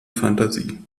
fantasie